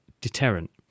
deterrent